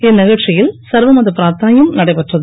இந்நிகழ்ச்சியில் சர்வமத பிராத்தனையும் நடைபெற்றது